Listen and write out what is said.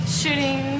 shooting